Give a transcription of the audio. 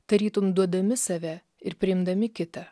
tarytum duodami save ir priimdami kitą